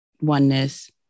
oneness